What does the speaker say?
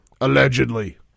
allegedly